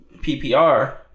PPR